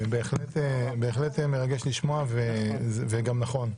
בהחלט מרגש לשמוע וגם נכון.